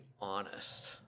honest